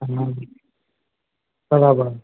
બરાબર બરાબર